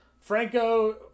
Franco